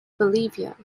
bolivia